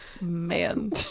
man